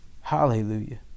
Hallelujah